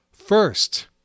First